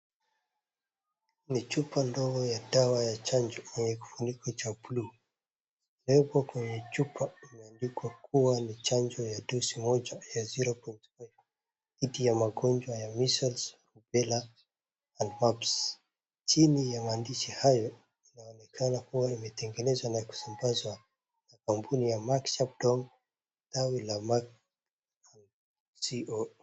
Ni chupa ndogo ya dawa ya chanjo yenye kifuniko cha blue , na iko kwenye chupa imeandikwa kuwa ni chanjo ya dose moja ya zero point five dhidi ya magonjwa ya Measles, Rubella na mumps , chini ya maandishi hayo inaonekana kuwa imetengenezwa na kusambazwa na kampuni ya mark chapter tawi la map CO .